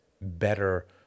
better